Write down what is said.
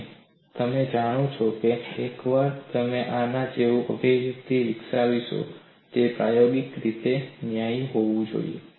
અને તમે જાણો છો કે એકવાર તમે આના જેવું અભિવ્યક્તિ વિકસાવશો તે પ્રાયોગિક રીતે ન્યાયી હોવું જોઈએ